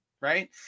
right